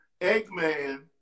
Eggman